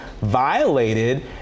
violated